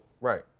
Right